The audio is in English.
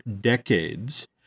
decades